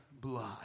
blood